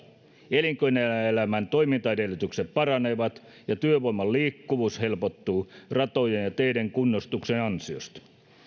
elinkeinoelämän toimintaedellytykset paranevat ja työvoiman liikkuvuus helpottuu ratojen ja teiden kunnostuksen ansiosta